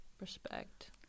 respect